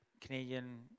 Canadian